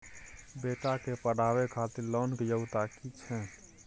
बेटा के पढाबै खातिर लोन के योग्यता कि छै